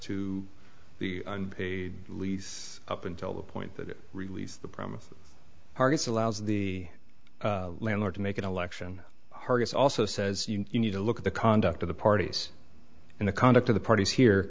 to the unpaid lease up until the point that it released the promise hargus allows the landlord to make an election hargus also says you need to look at the conduct of the parties and the conduct of the parties here